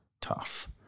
tough